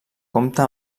compta